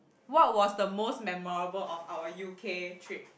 what was the most memorable of our U_K trip